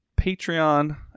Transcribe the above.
Patreon